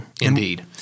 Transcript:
Indeed